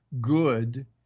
good